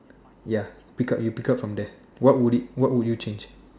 ya pick up you pick up from there what would it what would you change